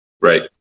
right